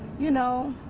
you know.